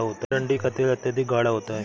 अरंडी का तेल अत्यधिक गाढ़ा होता है